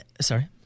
sorry